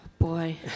boy